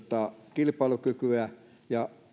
kilpailukykyä ja